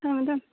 ꯊꯝꯃꯦ ꯊꯝꯃꯦ